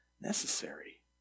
necessary